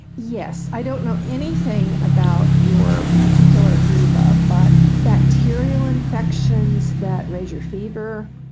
yes, i don't know anything about your particular amoeba but bacterial infections that raise your fever,